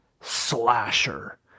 Slasher